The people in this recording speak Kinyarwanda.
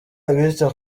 abita